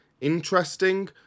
interesting